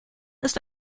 ist